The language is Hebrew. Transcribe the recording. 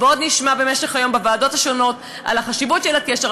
ועוד נשמע במשך היום בוועדות השונות על החשיבות של הקשר.